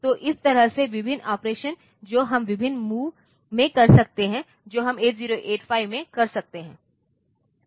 तो इस तरह से विभिन्न ऑपरेशन जो हम विभिन्न move में कर सकते हैं जो हम 8085 में कर सकते हैं